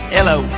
Hello